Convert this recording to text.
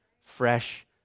fresh